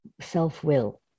self-will